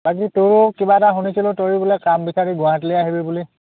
বাকী তয়ো কিবা এটা শুনিছিলোঁ তই বোলে কাম বিচাৰি গুৱাহাটীলৈ আহিবি বুলি